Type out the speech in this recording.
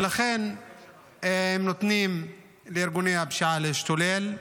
ולכן הם נותנים לארגוני הפשיעה להשתולל,